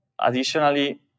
Additionally